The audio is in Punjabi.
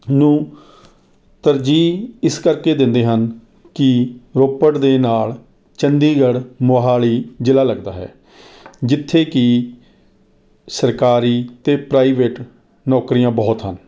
ਨੂੰ ਤਰਜੀਹ ਇਸ ਕਰਕੇ ਦਿੰਦੇ ਹਨ ਕਿ ਰੋਪੜ ਦੇ ਨਾਲ ਚੰਡੀਗੜ੍ਹ ਮੋਹਾਲੀ ਜ਼ਿਲ੍ਹਾ ਲੱਗਦਾ ਹੈ ਜਿੱਥੇ ਕਿ ਸਰਕਾਰੀ ਅਤੇ ਪ੍ਰਾਈਵੇਟ ਨੌਕਰੀਆਂ ਬਹੁਤ ਹਨ